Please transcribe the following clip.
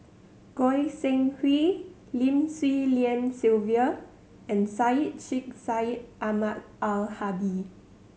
Goi Seng Hui Lim Swee Lian Sylvia and Syed Sheikh Syed Ahmad Al Hadi